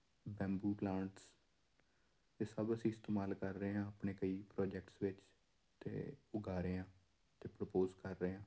bamboo plants ਇਹ ਸਭ ਅਸੀਂ ਇਸਤੇਮਾਲ ਕਰ ਰਹੇ ਹਾਂ ਆਪਣੇ ਕਈ ਪ੍ਰੋਜੈਕਟਸ ਵਿੱਚ ਅਤੇ ਉਗਾ ਰਹੇ ਆ ਅਤੇ ਪ੍ਰਪੋਜ ਕਰ ਰਹੇ ਹਾਂ